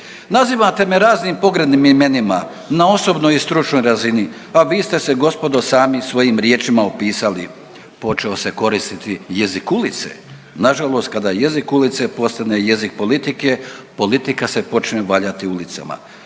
Nazivate me raznim pogrdnim imenima na osobnoj i stručnoj razini, pa vi ste se gospodo sami svojim riječima opisali. Počeo se koristiti jezik ulice. Nažalost kada jezik ulice postane jezik politike, politika se počne valjati ulicama.